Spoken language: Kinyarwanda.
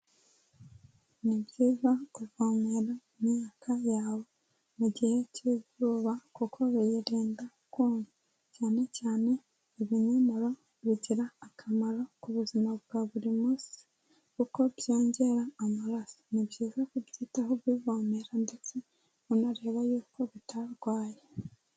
Ni byiza kuvomera imyaka yawe mu gihe cy'izuba kuko biyirenda kuma, cyane cyane ibinyomo bigira akamaro ku buzima bwa buri munsi kuko byongera amaraso, ni byiza kubyitaho ubivomera ndetse unareba yuko bitarwaye.